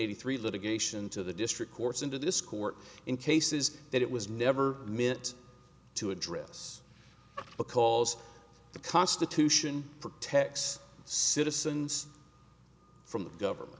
eighty three litigation to the district courts into this court in cases that it was never meant to address because the constitution protects citizens from the government